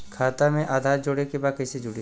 खाता में आधार जोड़े के बा कैसे जुड़ी?